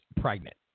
pregnant